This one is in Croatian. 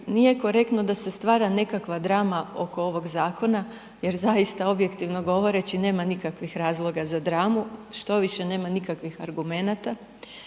nije korektno da se stvara nekakva drama oko ovoga zakona jer zaista objektivno govoreći nema nikakvih razloga za dramu, štoviše nema nikakvih argumenata.